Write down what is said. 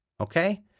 Okay